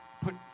put